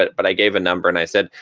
but but i gave a number and i said,